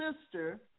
sister